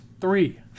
Three